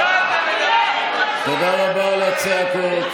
תודה רבה על הצעקות.